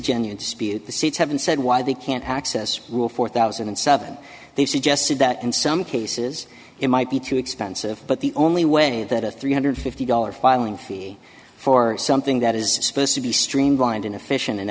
genuine spirit the seats haven't said why they can't access rule four thousand and seven they've suggested that in some cases it might be too expensive but the only way that a three hundred fifty dollars filing fee for something that is supposed to be streamlined inefficient and